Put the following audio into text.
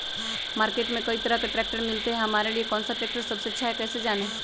Market में कई तरह के ट्रैक्टर मिलते हैं हमारे लिए कौन सा ट्रैक्टर सबसे अच्छा है कैसे जाने?